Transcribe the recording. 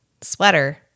sweater